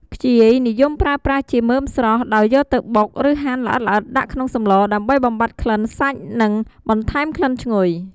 ខ្ជាយនិយមប្រើប្រាស់ជាមើមស្រស់ ដោយយកទៅបុក ឬហាន់ល្អិតៗដាក់ក្នុងសម្លដើម្បីបំបាត់ក្លិនសាច់និងបន្ថែមក្លិនឈ្ងុយ។